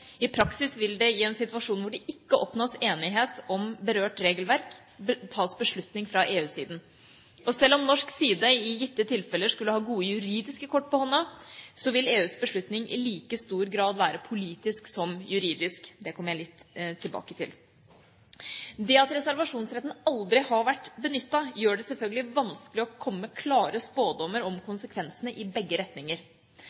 I praksis vil det i en situasjon hvor det ikke oppnås enighet om berørt regelverk, tas beslutning fra EU-siden. Selv om norsk side i gitte tilfeller skulle ha gode juridiske kort på hånden, vil EUs beslutning i like stor grad være politisk som juridisk. Det kommer jeg litt tilbake til. Det at reservasjonsretten aldri har vært benyttet, gjør det selvfølgelig vanskelig å komme med klare spådommer om